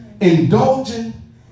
indulging